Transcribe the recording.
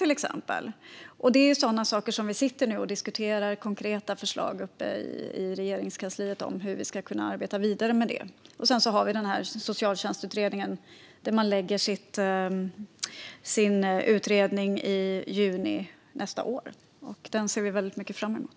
Sådana saker diskuteras nu i Regeringskansliet, och vi tar fram konkreta förslag för hur vi ska arbeta vidare med det. Vi har också Socialtjänstutredningen som lägger fram sitt betänkande i juni nästa år. Det ser vi mycket fram emot.